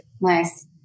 Nice